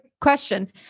question